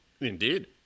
Indeed